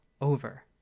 over